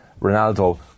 Ronaldo